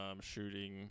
shooting